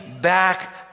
back